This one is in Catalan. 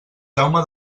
jaume